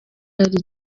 yari